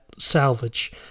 salvage